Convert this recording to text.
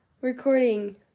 recording